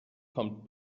kommt